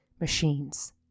machines